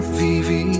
vivi